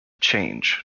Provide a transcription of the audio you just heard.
change